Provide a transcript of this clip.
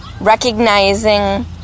recognizing